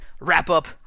wrap-up